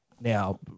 now